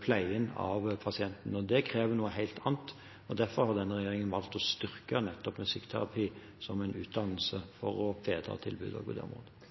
pleie av pasientene, og det krever noe helt annet. Derfor har denne regjeringen valgt å styrke nettopp musikkterapi som en utdannelse for å bedre tilbudet på det området.